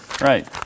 Right